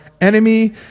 enemy